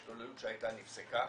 ההשתוללות שהייתה נפסקה,